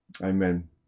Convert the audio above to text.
Amen